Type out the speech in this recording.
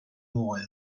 moel